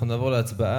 אנחנו נעבור להצבעה.